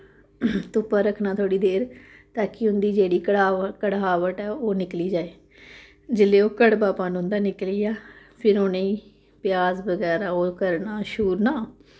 धुप्पा रक्खना थोह्ड़ी देर ता कि उं'दी जेह्ड़ी कड़ाह्बट कड़ाह्बट ऐ ओह् निकली जाए जिसलै ओह् कड़वापन उं'दा निकली जा फिर उ'नें दी प्याज बगैरा ओह् करना शूरना